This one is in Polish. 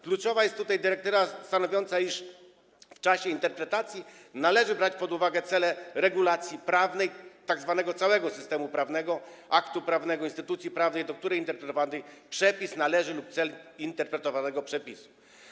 Kluczowa jest tutaj dyrektywa stanowiąca, iż w interpretacji należy brać pod uwagę cele regulacji prawnej, tzn. całego systemu prawnego, aktu prawnego, instytucji prawnej, do której interpretowany przepis należy, lub cel interpretowanego przepisu.